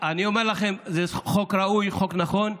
אני אומר לכם, זה חוק ראוי, חוק נכון.